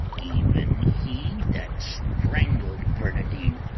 even he that strangled barnardine,